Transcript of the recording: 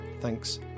Thanks